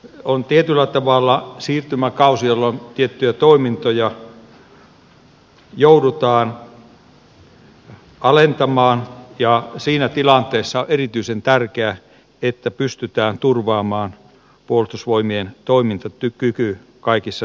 on tietyllä tavalla siirtymäkausi jolloin tiettyjä toimintoja joudutaan alentamaan ja siinä tilanteessa on erityisen tärkeää että pystytään turvaamaan puolustusvoimien toimintakyky kaikissa tilanteissa